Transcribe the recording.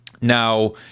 now